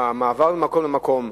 המעבר ממקום למקום.